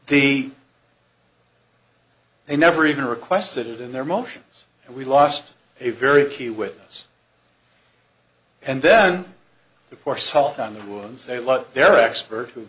the they never even requested it in their motions and we lost a very key witness and then the poor